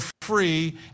free